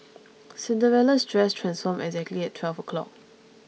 Cinderella's dress transformed exactly at twelve o' clock